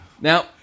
Now